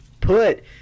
put